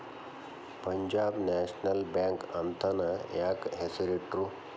Punjab National Bank ಅಂತನ ಯಾಕ್ ಹೆಸ್ರಿಟ್ರು?